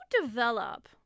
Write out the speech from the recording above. develop